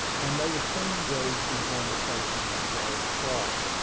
and they were soon engaged in conversation in regard to florida.